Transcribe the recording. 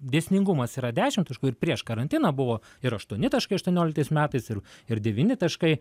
dėsningumas yra ešimt taškų ir prieš karantiną buvo ir aštuoni taškai aštuonioliktais metais ir ir devyni taškai